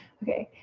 okay,